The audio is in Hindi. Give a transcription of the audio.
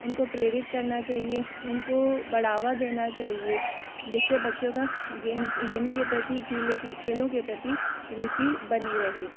उनको प्रेरित करना चाहिए उनको बढ़ावा देना चाहिए जिससे बच्चों का गेम गेम के प्रति की खेलों के प्रति रुचि बनी रहे